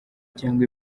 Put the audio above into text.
cyangwa